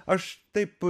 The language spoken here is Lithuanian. aš taip